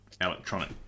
electronic